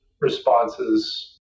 responses